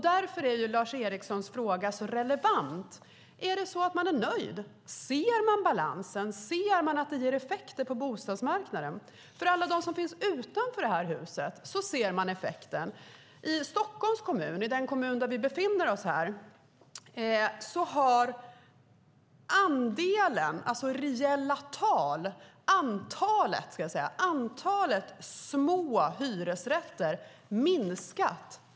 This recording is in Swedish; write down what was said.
Därför är Lars Erikssons fråga så relevant. Är man nöjd? Ser man balansen? Ser man att den ger effekter på bostadsmarknaden? Alla de som finns utanför det här huset ser effekten. I Stockholms kommun, den kommun vi befinner oss i, har antalet, i reella tal, små hyresrätter minskat.